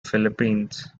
philippines